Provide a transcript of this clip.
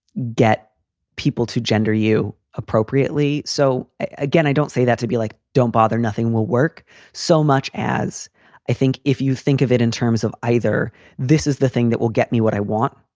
get people to gender you appropriately. so again, i don't say that to be like, don't bother. nothing will work so much as i think if you think of it in terms of either this is the thing that will get me what i want,